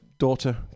Daughter